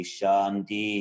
Shanti